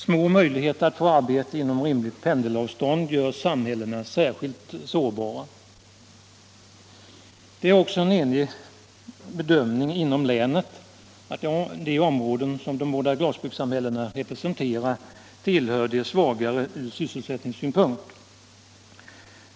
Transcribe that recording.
Små möjligheter att få arbete inom rimligt pendelavstånd gör dessutom samhällena särskilt sårbara. Det är också en enig bedömning inom länet att de områden som de båda glasbrukssamhällena representerar tillhör de svagare från sysselsättningssynpunkt.